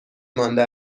مانده